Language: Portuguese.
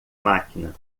máquina